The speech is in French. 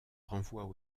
renvoient